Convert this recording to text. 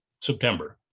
September